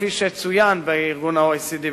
כפי שצוין ב-OECD,